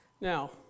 Now